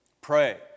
Pray